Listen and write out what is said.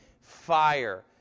fire